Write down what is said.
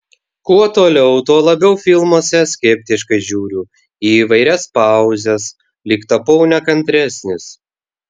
kuo toliau tuo labiau filmuose skeptiškai žiūriu į įvairias pauzes lyg tapau nekantresnis